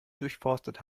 durchforstet